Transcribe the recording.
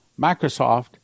Microsoft